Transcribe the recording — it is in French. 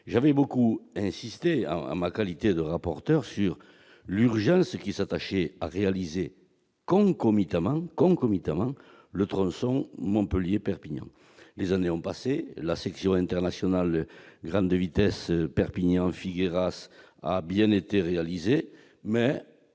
j'avais beaucoup insisté, en ma qualité de rapporteur, sur l'urgence qui s'attachait à réaliser concomitamment le tronçon Montpellier-Perpignan. Les années ont passé, la section internationale Perpignan-Figueras a bien été réalisée, mais